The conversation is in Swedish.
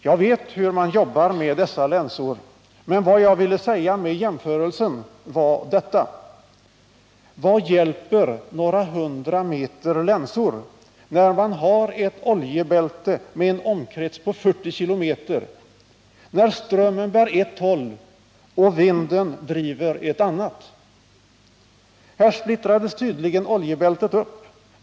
Jag vet hur man jobbar med dessa länsor, men vad jag ville säga med jämförelsen var detta: Vad hjälper några hundra meter länsor, när man har ett oljebälte med en omkrets på 40 km, när strömmen bär åt ett håll och vinden driver åt ett annat? Här splittrades tydligen oljebältet upp.